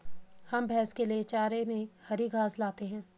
हम भैंस के लिए चारे में हरी घास लाते हैं